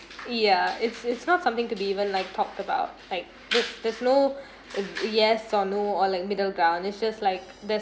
ya it's it's not something to be even like talk about like no there's no a yes or no or like middle ground it's just like there's